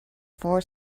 for